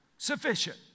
Sufficient